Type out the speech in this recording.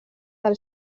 del